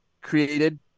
created